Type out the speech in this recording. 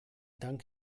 dank